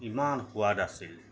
ইমান সোৱাদ আছিল